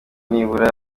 nibura